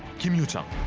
kim youjung.